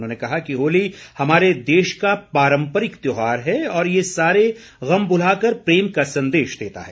उन्होंने कहा कि होली हमारे देश का पारंपरिक त्यौहार है और यह सारे गम भुला कर प्रेम का संदेश देता है